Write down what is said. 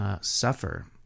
Suffer